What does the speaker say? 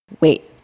Wait